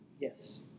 Yes